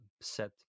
set